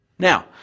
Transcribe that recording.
Now